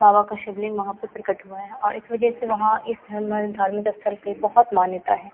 बाबा का शिवलिंग वहाँ पर प्रकट हुआ है और इस वज़ह से वहाँ इस धर्नल धार्मिक स्थल की बहुत मान्यता है